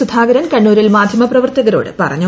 സുധാകരൻ കണ്ണൂരിൽ മാധ്യമ പ്രവർത്തകരോട് പറഞ്ഞു